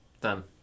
Done